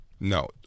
No